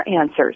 answers